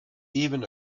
even